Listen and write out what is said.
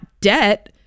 debt